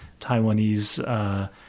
Taiwanese